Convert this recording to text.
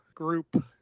Group